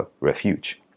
refuge